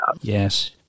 Yes